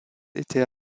étaient